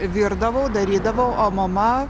virdavau darydavau o mama